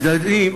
הצדדים,